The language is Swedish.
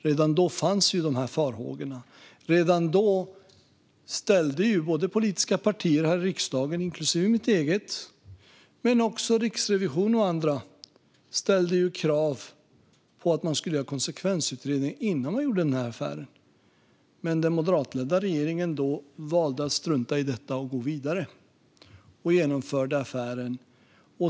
Redan då fanns dessa farhågor, och redan då ställde politiska partier här i riksdagen, inklusive mitt eget, och Riksrevisionen och andra krav på att det skulle göras en konsekvensutredning innan affären gjordes. Men den moderatledda regeringen valde att strunta i det och genomförde affären.